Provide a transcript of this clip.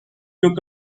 took